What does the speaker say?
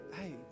hey